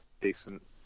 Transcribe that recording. decent –